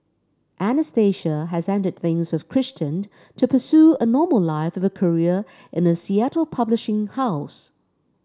Anastasia has ended things with Christian to pursue a normal life with a career in a Seattle publishing house